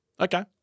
Okay